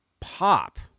pop